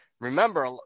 remember